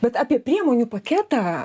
bet apie priemonių paketą